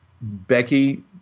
Becky